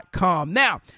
Now